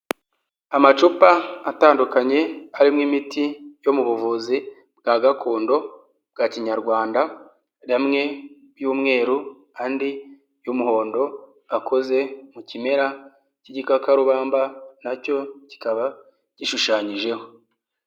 Amacupa atandukanye arimo imiti yo mu buvuzi bwa gakondo bwa kinyarwanda, amwe y'umweru andi y'umuhondo akoze mu kimera cy'igikakarubamba, nacyo kikaba gishushanyijeho.